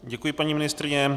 Děkuji, paní ministryně.